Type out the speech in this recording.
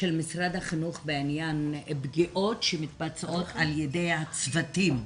משרד החינוך בעניין פגיעות שמתבצעות על ידי הצוותים?